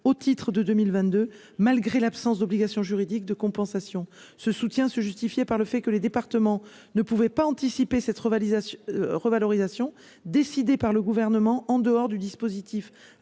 au titre de 2022 malgré l'absence d'obligation juridique de compensation, ce soutien se justifier par le fait que les départements ne pouvait pas anticiper cette revalidation revalorisation décidée par le gouvernement en dehors du dispositif